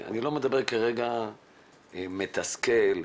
אני לא מדבר כרגע על זה שזה מתסכל,